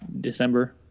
December